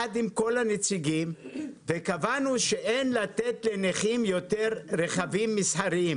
ביחד עם כל הנציגים וקבענו שאין לתת לנכים יותר רכבים מסחריים.